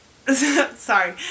sorry